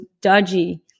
dodgy